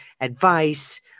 advice